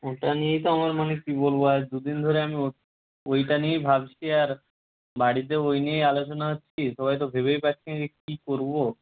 ওটা নিয়েই তো আমার মানে কী বলব আজ দুদিন ধরে আমি ও ওইটা নিয়েই ভাবছি আর বাড়িতে ওই নিয়েই আলোচনা সবাই তো ভেবেই পাচ্ছে না যে কী করব